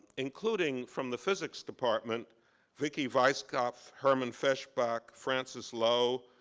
including from the physics department viki weisskopf, herman feshbach, francis lowe,